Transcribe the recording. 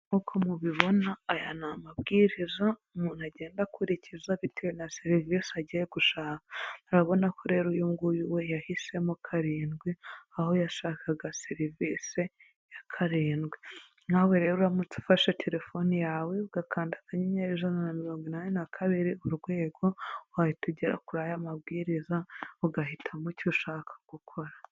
Nk'uko mubibona aya ni amabwiriza umuntu agenda akurikiza bitewe na serivisi agiye gushaka, urabona ko rero uyu nguyu we yahisemo karindwi, aho yashakaga serivise ya karindwi nawe rero uramutse ufashe telefoni yawe ugakanda akanyanyeri ijana na mirongo inani na kabiri urwego wahita ugera kuri aya mabwiriza ugahitamo icyo ushaka gukora.